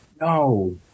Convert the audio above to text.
No